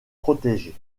protégée